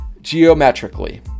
geometrically